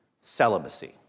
celibacy